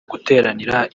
guteranira